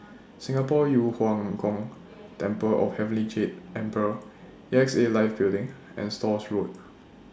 Singapore Yu Huang Gong Temple of Heavenly Jade Emperor A X A Life Building and Stores Road